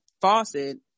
faucet